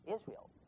Israel